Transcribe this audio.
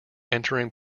entering